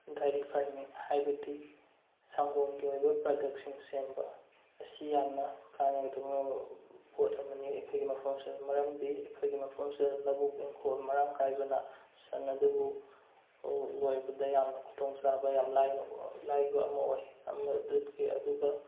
dairy farming ꯍꯥꯏꯕꯗꯤ ꯁꯪꯒꯣꯝꯒꯤ ꯑꯣꯏꯕ ꯄ꯭ꯔꯗꯛꯁꯤꯡ ꯁꯦꯝꯕ ꯑꯁꯤ ꯌꯥꯝꯅ ꯀꯥꯟꯅꯒꯗꯕ ꯄꯣꯠ ꯑꯃꯅꯤ ꯑꯩꯈꯣꯏꯒꯤ ꯃꯐꯝ ꯑꯁꯤꯗ ꯃꯔꯝꯗꯤ ꯑꯩꯈꯣꯏꯒꯤ ꯃꯐꯝꯁꯤꯗ ꯂꯧꯕꯨꯛ ꯏꯪꯈꯣꯜ ꯃꯔꯥꯡ ꯀꯥꯏꯕꯅ ꯁꯟ ꯑꯗꯨꯕꯨ ꯐꯧ ꯂꯣꯏꯕꯗ ꯌꯥꯝꯅ ꯈꯨꯗꯣꯡ ꯆꯥꯕ ꯌꯥꯝ ꯂꯥꯏꯕ ꯑꯃ ꯑꯣꯏ ꯑꯃ ꯑꯗꯨꯒ